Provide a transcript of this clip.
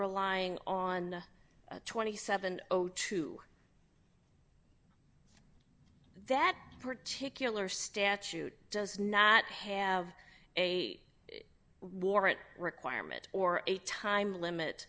relying on twenty seven o two that particular statute does not have a warrant requirement or a time limit